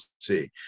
see